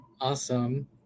Awesome